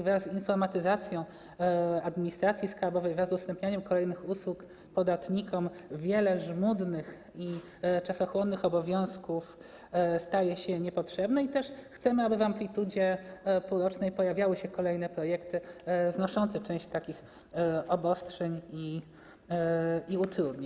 Wraz z informatyzacją administracji skarbowej, wraz z udostępnianiem kolejnych usług podatnikom wiele żmudnych i czasochłonnych obowiązków staje się niepotrzebnych i chcemy, aby w półrocznej amplitudzie pojawiały się kolejne projekty znoszące część takich obostrzeń i utrudnień.